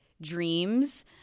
dreams